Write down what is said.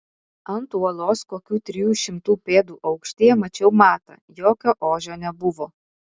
ant uolos kokių trijų šimtų pėdų aukštyje mačiau matą jokio ožio nebuvo